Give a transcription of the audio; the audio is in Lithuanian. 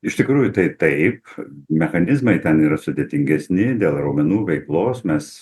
iš tikrųjų tai taip mechanizmai ten yra sudėtingesni dėl raumenų veiklos mes